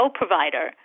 provider